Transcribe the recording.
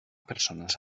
persones